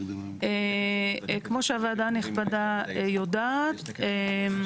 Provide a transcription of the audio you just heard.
כמו שהוועדה הנכבדה יודעת --- תזכיר לי מה זה.